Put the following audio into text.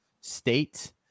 State